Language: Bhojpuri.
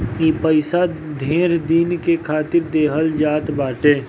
ई पइसा ढेर दिन के खातिर देहल जात बाटे